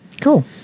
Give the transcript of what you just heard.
Cool